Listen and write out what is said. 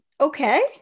Okay